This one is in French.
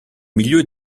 milieu